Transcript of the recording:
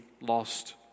lost